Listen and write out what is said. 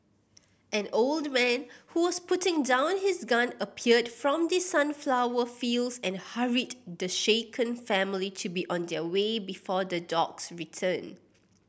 an old man who was putting down his gun appeared from the sunflower fields and hurried the shaken family to be on their way before the dogs return